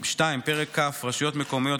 פרק כ' רשויות מקומיות,